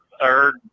third